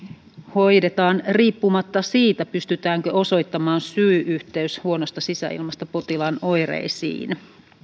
hoidetaan riippumatta siitä pystytäänkö osoittamaan syy yhteys huonosta sisäilmasta potilaan oireisiin